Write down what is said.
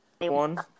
one